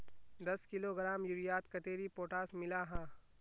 दस किलोग्राम यूरियात कतेरी पोटास मिला हाँ?